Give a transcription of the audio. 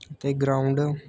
ਅਤੇ ਗਰਾਊਂਡ